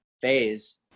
phase